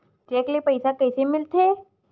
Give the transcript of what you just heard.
Cheque ले पईसा कइसे मिलथे?